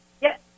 Yes